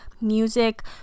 music